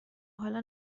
حالا